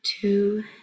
two